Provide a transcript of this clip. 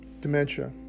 dementia